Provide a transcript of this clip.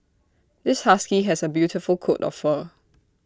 this husky has A beautiful coat of fur